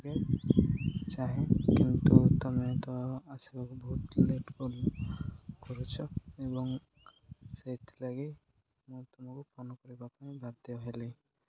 ଚାହେଁ କିନ୍ତୁ ତମେ ତ ଆସିବାକୁ ବହୁତ ଲେଟ୍ କର କରୁଛ ଏବଂ ସେଇଥିଲାଗି ମୁଁ ତୁମକୁ ଫୋନ କରିବା ପାଇଁ ବାଧ୍ୟ ହେଲି